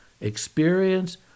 experience